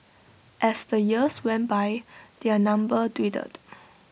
as the years went by their number dwindled